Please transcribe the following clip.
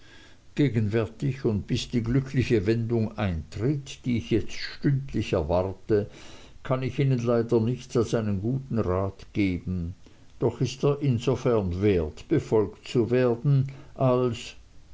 gegenwärtig und bis die glückliche wendung eintritt die ich jetzt stündlich erwarte kann ich ihnen leider nichts als einen guten rat geben doch ist er insofern wert befolgt zu werden als